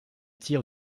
tirs